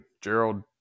Gerald